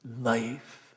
life